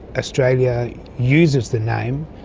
australia uses the name,